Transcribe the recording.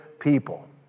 people